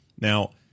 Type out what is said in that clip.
Now